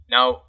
Now